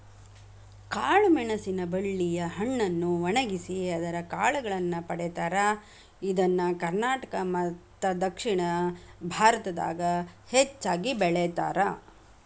ಕಾಳಮೆಣಸಿನ ಬಳ್ಳಿಯ ಹಣ್ಣನ್ನು ಒಣಗಿಸಿ ಅದರ ಕಾಳುಗಳನ್ನ ಪಡೇತಾರ, ಇದನ್ನ ಕರ್ನಾಟಕ ಮತ್ತದಕ್ಷಿಣ ಭಾರತದಾಗ ಹೆಚ್ಚಾಗಿ ಬೆಳೇತಾರ